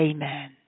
Amen